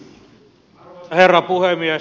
arvoisa herra puhemies